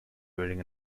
wearing